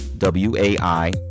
wai